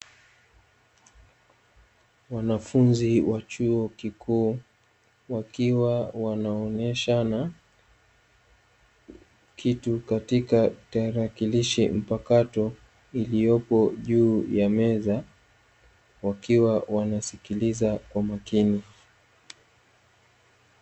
Wanafunzi wa chuo kikuu wakiwa wanaoneshana kitu katika tarakilishi mpakato iliyopo juu ya meza wakiwa wanasikiliza kwa makini.